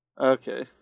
Okay